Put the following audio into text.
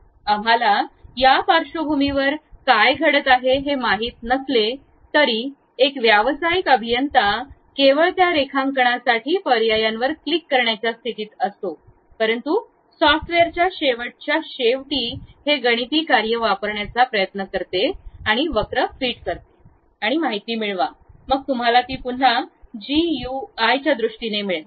आम्हाला त्या पार्श्वभूमीवर काय घडत आहे हे माहित नसले तरी एक व्यावसायिक अभियंता केवळ त्या रेखांकनासाठी पर्यायांवर क्लिक करण्याच्या स्थितीत असेल परंतु सॉफ्टवेअरच्या शेवटच्या शेवटी हे गणिती कार्ये वापरण्याचा प्रयत्न करते वक्र फिट करा आणि माहिती मिळवा मग तुम्हाला ती पुन्हा जीयूआयच्या दृष्टीने मिळेल